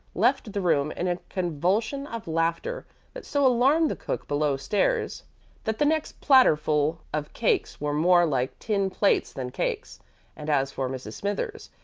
left the room in a convulsion of laughter that so alarmed the cook below-stairs that the next platterful of cakes were more like tin plates than cakes and as for mrs. smithers,